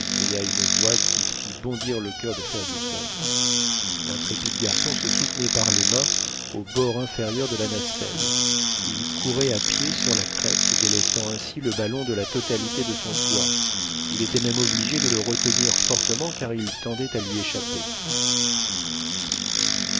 une voix qui fit bondir le cur de fergusson l'intrépide garçon se soutenait par les mains au bord inférieur de la nacelle il courait à pied sur la crête délestant ainsi le ballon de la totalité de son poids il était même obligé de le retenir fortement car il tendait à lui échapper